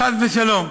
חס ושלום,